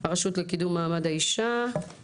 הרשות לקידום מעמד האישה?